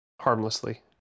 harmlessly